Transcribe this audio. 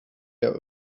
der